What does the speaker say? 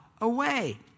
away